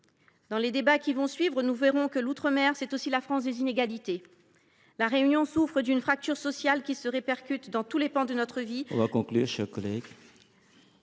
Dans les débats qui vont suivre, nous verrons que l’outre mer, c’est aussi la France des inégalités. La Réunion souffre d’une fracture sociale qui se répercute dans tous les pans de notre vie…